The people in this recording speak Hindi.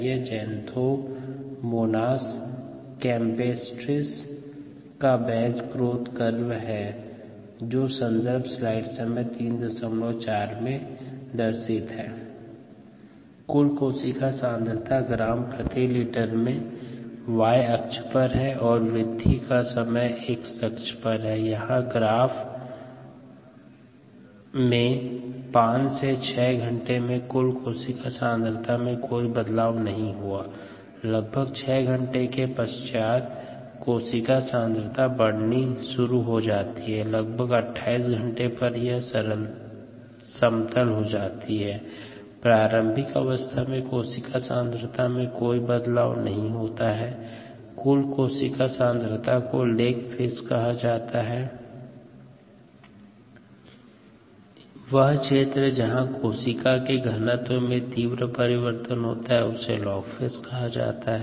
यह ज़ैंथोमोनस कैंपेस्ट्रिस का बैच ग्रोथ कर्व है कहा जाता है